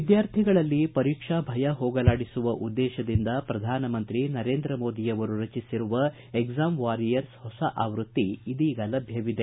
ವಿದ್ಯಾರ್ಥಿಗಳಲ್ಲಿ ಪರೀಕ್ಷಾ ಭಯ ಹೋಗಲಾಡಿಸುವ ಉದ್ದೇಶದಿಂದ ಪ್ರಧಾನಮಂತ್ರಿ ನರೇಂದ್ರ ಮೋದಿಯವರು ರಚಿಸಿರುವ ಎಕ್ಲಾಮ್ ವಾರಿಯರ್ಸ್ ಹೊಸ ಆವೃತ್ತಿ ಇದೀಗ ಲಭ್ವವಿದೆ